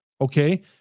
okay